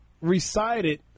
recited